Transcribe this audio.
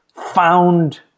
Found